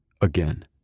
again